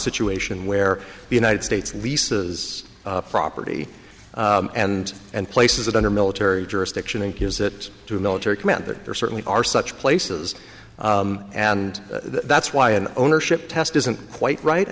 situation where the united states leases property and and places it under military jurisdiction and gives it to a military commander there certainly are such places and that's why an ownership test isn't quite right i